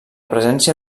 presència